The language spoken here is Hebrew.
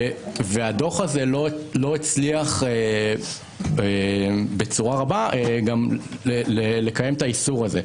והדוח הזה לא הצליח בצורה רבה לקיים את האיסור הזה.